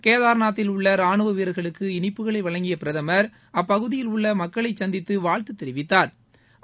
கேத்நாத்தில் உள்ள ராணுவ வீரர்களுக்கு இனிப்புகளை வழங்கிய பிரதம் அப்பகுதியில் உள்ள மக்களை சந்தித்து வாழ்த்து தெரிவித்தாா்